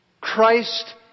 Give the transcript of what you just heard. Christ